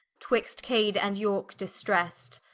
twixt cade and yorke distrest,